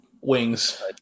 Wings